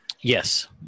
Yes